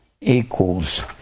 equals